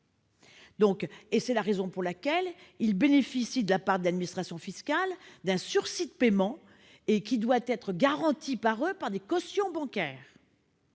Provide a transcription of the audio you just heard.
C'est la raison pour laquelle ils bénéficient, de la part de l'administration fiscale, d'un sursis de paiement qu'ils doivent garantir par des cautions bancaires.